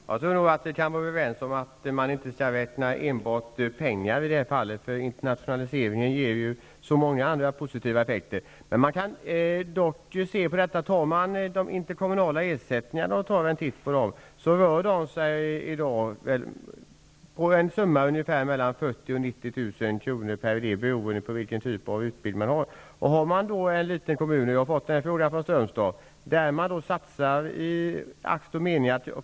Herr talman! Jag tror nog att vi är överens om att man i det här fallet inte skall räkna enbart pengar -- internationaliseringen har ju så många andra positiva effekter. Men tar man en titt på de interkommunala ersättningarna finner man att de i dag rör sig om belopp mellan 40 000 och 90 000 kr. per elev beroende på vilken typ av utbildning det rör sig om. Det innebär att anslaget i stort sett räcker till 10--15 elever.